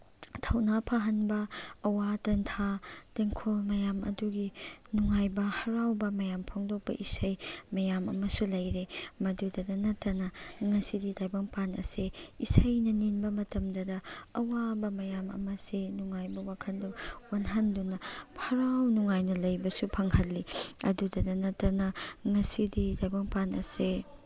ꯊꯧꯅꯥ ꯐꯍꯟꯕ ꯑꯋꯥꯗ ꯇꯦꯟꯊꯥ ꯇꯦꯡꯈꯣꯜ ꯃꯌꯥꯝ ꯑꯗꯨꯒꯤ ꯅꯨꯡꯉꯥꯏꯕ ꯍꯔꯥꯎꯕ ꯃꯌꯥꯝ ꯐꯣꯡꯗꯣꯛꯄ ꯏꯁꯩ ꯃꯌꯥꯝ ꯑꯃꯁꯨ ꯂꯩꯔꯦ ꯃꯗꯨꯗꯗ ꯅꯠꯇꯅ ꯉꯁꯤꯒꯤ ꯇꯥꯏꯕꯪꯄꯥꯟ ꯑꯁꯦ ꯏꯁꯩꯅ ꯅꯤꯟꯕ ꯃꯇꯝꯗꯇ ꯑꯋꯥꯕ ꯃꯌꯥꯝ ꯑꯃꯁꯦ ꯅꯨꯡꯉꯥꯏꯕ ꯋꯥꯈꯟꯗꯨ ꯑꯣꯟꯍꯟꯗꯨꯅ ꯍꯔꯥꯎ ꯅꯨꯡꯉꯥꯏꯅ ꯂꯩꯕꯁꯨ ꯐꯪꯍꯜꯂꯤ ꯑꯗꯨꯇ ꯅꯠꯇꯅ ꯉꯁꯤꯗꯤ ꯇꯥꯏꯕꯪꯄꯥꯟ ꯑꯁꯦ